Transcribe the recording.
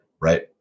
right